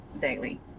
daily